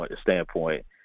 standpoint